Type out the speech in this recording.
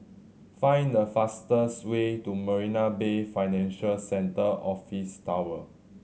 find the fastest way to Marina Bay Financial Centre Office Tower